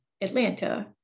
Atlanta